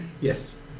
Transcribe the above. Yes